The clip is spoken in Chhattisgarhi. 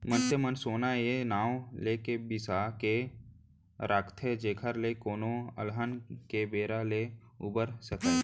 मनसे मन सोना ए नांव लेके बिसा के राखथे जेखर ले कोनो अलहन के बेरा ले उबर सकय